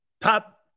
Top